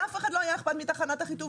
לאף אחד לא היה אכפת מתחנת אחיטוב.